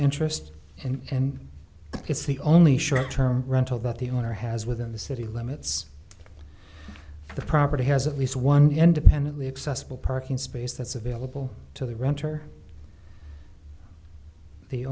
interest and it's the only short term rental that the owner has within the city limits the property has at least one independently accessible parking space that's available to the renter the